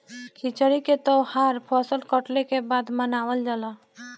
खिचड़ी के तौहार फसल कटले के बाद मनावल जाला